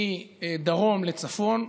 מדרום לצפון,